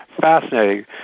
Fascinating